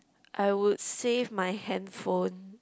I would save my handphone